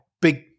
big